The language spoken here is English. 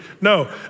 No